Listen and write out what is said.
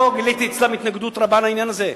ולא גיליתי אצלם התנגדות רבה לעניין הזה,